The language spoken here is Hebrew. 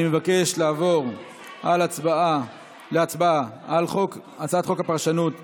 אני מבקש לעבור להצבעה על הצעת חוק הפרשנות (תיקון,